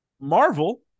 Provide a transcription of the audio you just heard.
Marvel